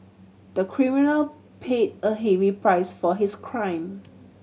the criminal paid a heavy price for his crime